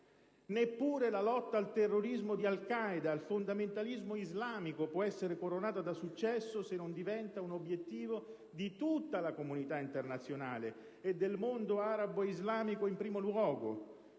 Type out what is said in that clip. Neppure la lotta al terrorismo di Al Qaeda e al fondamentalismo islamico può essere coronata da successo se non diventa un obiettivo di tutta la comunità internazionale, e del mondo arabo islamico in primo luogo,